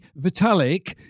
Vitalik